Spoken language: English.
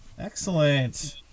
Excellent